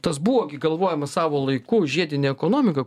tas buvo gi galvojama savo laiku žiedinė ekonomika